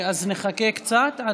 אז נחכה קצת.